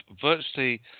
virtually